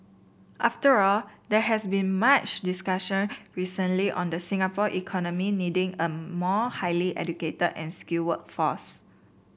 after all there has been much discussion recently on the Singapore economy needing a more highly educated and skilled workforce